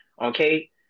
Okay